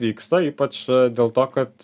vyksta ypač dėl to kad